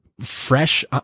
fresh